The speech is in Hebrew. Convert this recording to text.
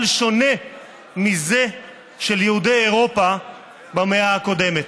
שונה מזה של יהודי אירופה במאה הקודמת?